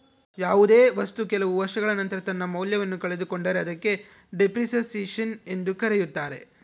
ಯಾವುದೇ ವಸ್ತು ಕೆಲವು ವರ್ಷಗಳ ನಂತರ ತನ್ನ ಮೌಲ್ಯವನ್ನು ಕಳೆದುಕೊಂಡರೆ ಅದಕ್ಕೆ ಡೆಪ್ರಿಸಸೇಷನ್ ಎಂದು ಕರೆಯುತ್ತಾರೆ